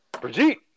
Brigitte